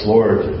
Lord